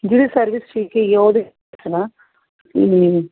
ਜਿਹੜੀ ਸਰਵਿਸ ਠੀਕ ਹੀ ਹੈ ਉਹਦੇ ਪੁੱਛਣਾ ਕੀ